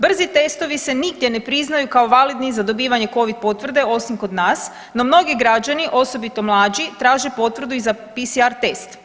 Brzi testovi se nigdje ne priznaju kao validni za dobivanje covid potvrde osim kod nas, no mnogi građani osobito mlađi traže potvrdu i za PSR test.